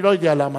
אני לא יודע למה,